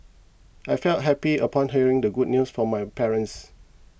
I felt happy upon hearing the good news from my parents